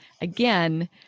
Again